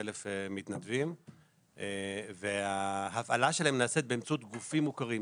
כ-18,000 מתנדבים וההפעלה שלהם נעשית באמצעות גופים מוכרים.